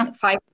five